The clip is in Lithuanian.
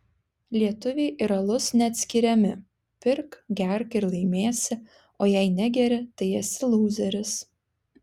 lietuviai ir alus neatskiriami pirk gerk ir laimėsi o jei negeri tai esi lūzeris